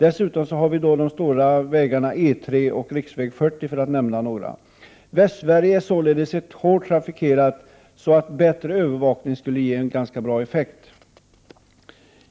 Dessutom finns de stora 22 maj 1989 vägarna E 3 och riksväg 40, för att nämna några. Eftersom Västsverige således är hårt trafikerat, skulle en bättre övervakning ge en bra effekt.